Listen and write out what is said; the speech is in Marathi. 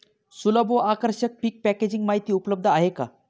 सुलभ व आकर्षक पीक पॅकेजिंग माहिती उपलब्ध आहे का?